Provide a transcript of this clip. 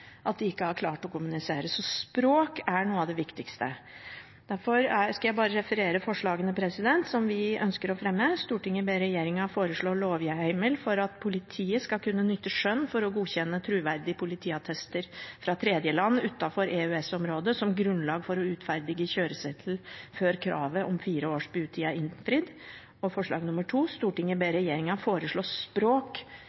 at de ikke har klart å kommunisere. Så språk er noe av det viktigste. Så skal jeg bare referere forslagene som vi ønsker å fremme: «Stortinget ber regjeringa foreslå lovheimel for at politiet skal kunne nytte skjønn for å godkjenne truverdige politiattestar frå tredjeland utanfor EØS-området som grunnlag for å utferdige kjøresetel før kravet om fire års butid er innfridd.» Og forslag nr. 2: «Stortinget ber